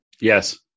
Yes